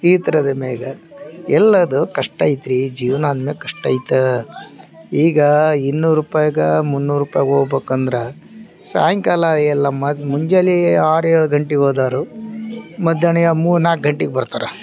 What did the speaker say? ಈ ಥರದ ಮೇಲೆ ಎಲ್ಲದು ಕಷ್ಟ ಆಯಿತ್ರೀ ಜೀವನ ಅಂದಮೇಗ್ ಕಷ್ಟ ಆಯ್ತ್ ಈಗ ಇನ್ನೂರು ರೂಪೈಗೆ ಮುನ್ನೂರು ರೂಪಾಯ್ಗ್ ಹೋಗ್ಬೇಕಂದ್ರ ಸಾಯಿಂಕಾಲ ಎಲ್ಲ ಮದ್ ಮುಂಜಾನೆ ಆರು ಏಳು ಗಂಟಿಗೊದೋರು ಮಧ್ಯಾಹ್ನ ಯಾ ಮೂರು ನಾಲ್ಕು ಗಂಟೆಗ್ ಬರ್ತಾರೆ